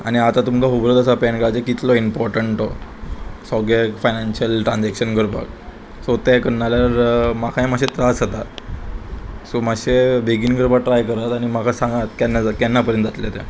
आनी आतां तुमकां खबरत आसा पॅन कार्डाचे कितलो इम्पोर्टं टो सगळ्याक फायनान्शियल ट्रान्जॅक्शन करपाक सो तें करना जाल्यार म्हाकाय मातशे त्रास जाता सो मातशें बेगीन करपाक ट्राय करात आनी म्हाका सांगात केन्ना जाता केन्ना पर्यंत जातलें तें